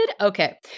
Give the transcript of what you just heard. Okay